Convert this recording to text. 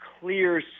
clear